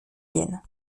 viennent